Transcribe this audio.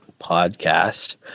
podcast